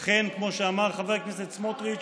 אכן, כמו שאמר חבר הכנסת סמוטריץ',